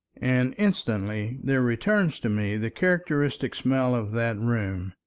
and instantly there returns to me the characteristic smell of that room,